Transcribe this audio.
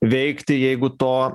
veikti jeigu to